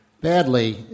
badly